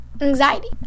anxiety